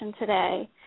today